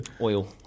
Oil